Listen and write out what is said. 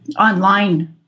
online